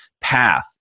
path